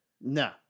No